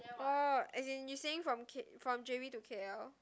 orh as in you saying from K from J_B to K_L